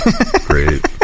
Great